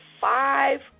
five